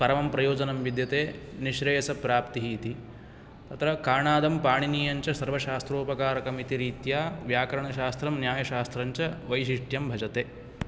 परं प्रयोजनं विद्यते निःश्रेयसप्राप्तिः इति तत्र काणादं पाणिनीयञ्च सर्वाशास्त्रोपकारकम् इति रीत्या व्याकरणशास्त्रं न्यायशास्त्रञ्च वैशिष्ट्यं भजते